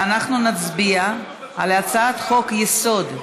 ואנחנו נצביע על הצעת חוק-יסוד: